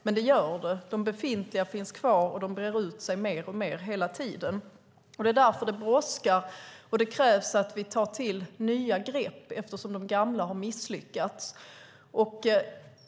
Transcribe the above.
Men sådana tillkommer, och befintliga bosättningar breder hela tiden ut sig mer och mer. Därför brådskar detta. Det krävs att vi tar till nya grepp eftersom de gamla misslyckats.